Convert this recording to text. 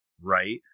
right